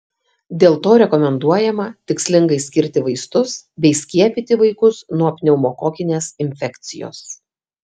dėl to rekomenduojama tikslingai skirti vaistus bei skiepyti vaikus nuo pneumokokinės infekcijos